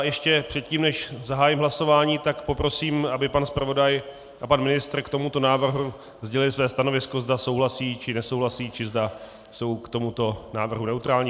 Ještě předtím, než zahájím hlasování, poprosím, aby pan zpravodaj a pan ministr k tomuto návrhu sdělili své stanovisko, zda souhlasí, či nesouhlasí, či zda jsou k tomuto návrhu neutrální.